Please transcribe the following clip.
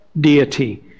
deity